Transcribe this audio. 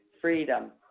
freedom